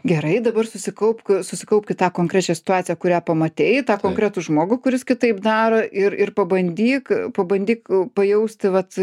gerai dabar susikaupk susikaupk į tą konkrečią situaciją kurią pamatei tą konkretų žmogų kuris kitaip daro ir ir pabandyk pabandyk pajausti vat